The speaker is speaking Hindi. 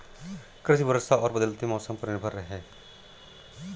कृषि वर्षा और बदलते मौसम पर निर्भर है